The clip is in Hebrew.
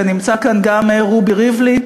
ונמצא כאן גם רובי ריבלין,